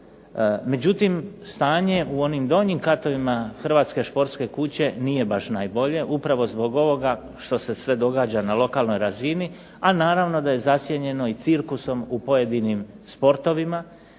Međutim, stanje u onim donjim katovima Hrvatske športske kuće nije baš najbolje upravo zbog ovoga što se sve događa na lokalnoj razini, a naravno da je zasjenjeno i cirkusom u pojedinim sportovima